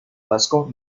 vasco